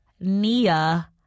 Nia